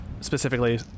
specifically